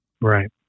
right